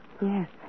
Yes